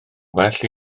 well